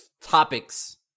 topics